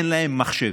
אין להם מחשב.